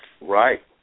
right